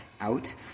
out